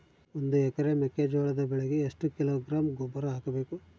ಒಂದು ಎಕರೆ ಮೆಕ್ಕೆಜೋಳದ ಬೆಳೆಗೆ ಎಷ್ಟು ಕಿಲೋಗ್ರಾಂ ಗೊಬ್ಬರ ಹಾಕಬೇಕು?